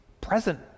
present